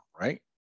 right